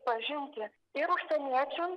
pažinti ir užsieniečiam